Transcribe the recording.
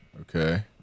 Okay